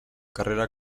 carrera